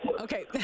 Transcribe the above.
Okay